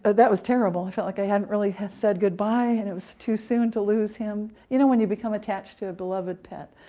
but that was terrible. i felt like i hadn't really said goodbye, and it was too soon to lose him. you know when you become attached to a beloved pet,